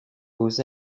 vous